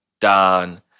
Don